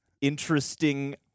interesting